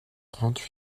trente